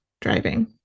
driving